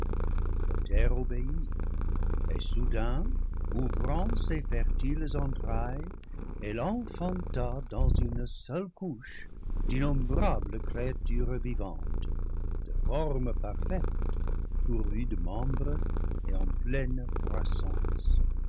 et soudain ouvrant ses fertiles entrailles elle enfanta dans une seule couche d'innombrables créatures vivantes de formes parfaites pourvues de membres et en pleine croissance